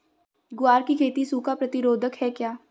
ग्वार की खेती सूखा प्रतीरोधक है क्या?